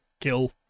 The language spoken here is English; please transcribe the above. kill